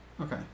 okay